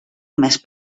més